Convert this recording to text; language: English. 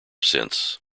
since